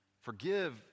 Forgive